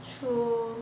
true